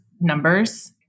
numbers